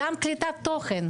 גם קליטת תוכן.